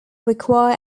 require